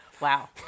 Wow